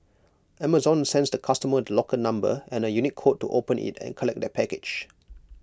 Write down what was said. Amazon sends the customer the locker number and A unique code to open IT and collect their package